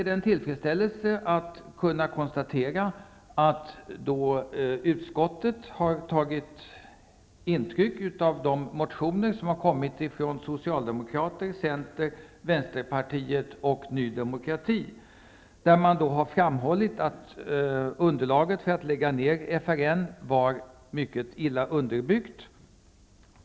Det är tillfredsställande att kunna konstatera att utskottet har tagit intryck av de motioner som kommit från Socialdemokraterna, Centern, Vänsterpartiet och Ny demokrati. Där har vi framhållit att underlaget för att lägga ner FRN var mycket dåligt.